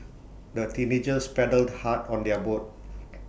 the teenagers paddled hard on their boat